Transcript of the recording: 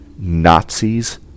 Nazis